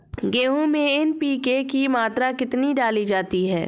गेहूँ में एन.पी.के की मात्रा कितनी डाली जाती है?